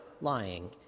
lying